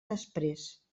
després